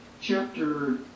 chapter